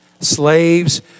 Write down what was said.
Slaves